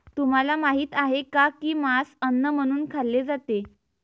तुम्हाला माहित आहे का की मांस अन्न म्हणून खाल्ले जाते?